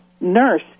nurse